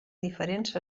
diferents